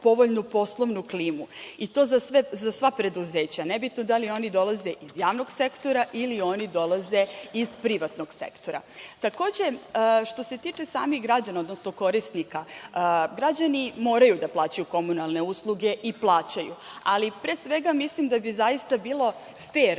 povoljnu poslovnu klimu i to za sva preduzeća, nebitno da li oni dolaze iz javnog sektora ili oni dolaze iz privatnog sektora. Takođe, što se tiče samih građana, odnosno korisnika, građani moraju da plaćaju komunalne usluge i plaćaju, ali pre svega mislim da bi zaista bilo fer